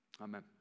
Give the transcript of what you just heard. Amen